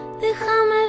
déjame